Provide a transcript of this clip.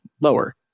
lower